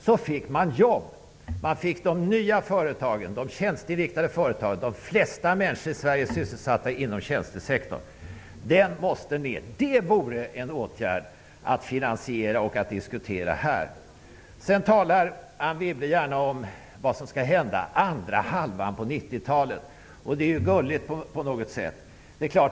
Då skulle man få de nya företagen, de tjänsteinriktade företagen. De flesta människorna skulle bli sysselsatta inom tjänstesektorn. Tjänstemomsen måste sänkas. Det vore en åtgärd att finansiera och diskutera här. Anne Wibble talar gärna om vad som skall hända under andra hälften av 90-talet, vilket är gulligt på något sätt.